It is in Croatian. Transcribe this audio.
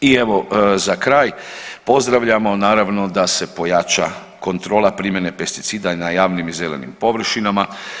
I evo za kraj pozdravljamo naravno da se pojača kontrola primjene pesticida i na javnim i zelenim površinama.